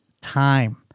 time